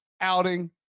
outing